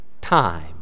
time